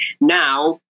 now